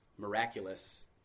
miraculous